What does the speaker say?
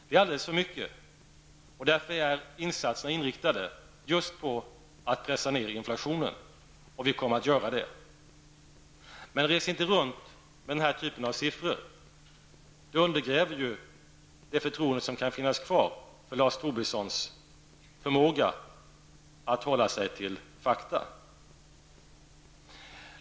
Det är alldeles för mycket, och därför är insatserna inriktade just på att pressa ned inflationen, och vi kommer att göra det. Men Lars Tobisson skall inte resa runt med den typ av siffror han nämnde. Det undergräver det förtroende som kan finnas kvar för hans förmåga att hålla sig till fakta.